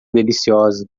deliciosa